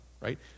right